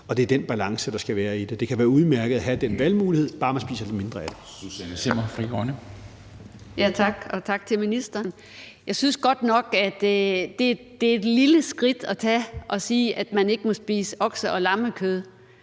Og det er den balance, der skal være i det. Det kan være udmærket at have den valgmulighed, når bare man spiser lidt mindre af det.